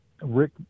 Rick